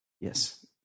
Yes